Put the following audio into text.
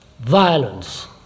violence